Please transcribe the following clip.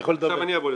לתמיר לא היו בחירות.